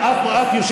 ייתכן.